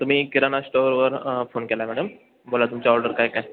तुम्ही किराणा स्टोअरवर फोन केला आहे मॅडम बोला तुमचा ऑर्डर काय काय